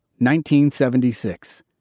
1976